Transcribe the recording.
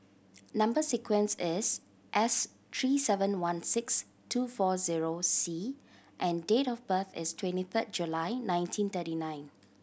number sequence is S three seven one six two four zero C and date of birth is twenty third July nineteen thirty nine